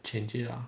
change it lah